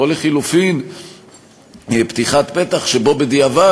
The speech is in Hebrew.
או לחלופין פתיחת פתח שבו בדיעבד,